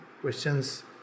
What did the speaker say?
questions